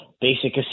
basic